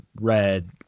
red